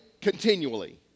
continually